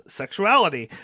sexuality